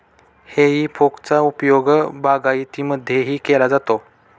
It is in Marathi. हेई फोकचा उपयोग बागायतीमध्येही केला जातो